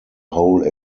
whole